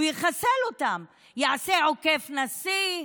הוא יחסל אותם, יעשה עוקף נשיא,